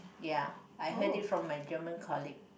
ya I heard it from my German colleague